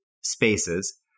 spaces